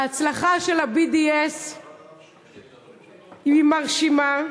ההצלחה של ה-BDS היא מרשימה,